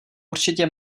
určitě